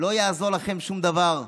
לא יעזור לכם שום דבר,